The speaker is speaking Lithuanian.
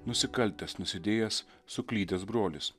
nusikaltęs nusidėjęs suklydęs brolis